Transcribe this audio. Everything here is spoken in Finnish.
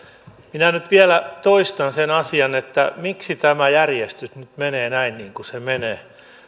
minä nyt vielä toistan sen asian että miksi tämä järjestys nyt menee näin niin kuin se menee